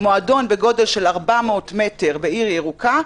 מועדון בגודל של 400 מטר בעיר ירוקה,